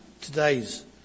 today's